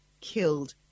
killed